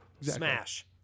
Smash